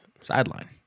Sideline